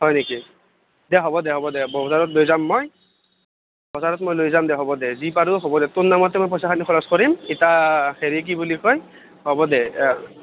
হয় নেকি হ'ব দে হ'ব দে বজাৰত লৈ যাম মই হ'ব দে যি পাৰোঁ হ'ব দে তোৰ নামতে পইচাখিনি খৰচ কৰিম ইতা হেৰি কি বুলি কয় হ'ব দে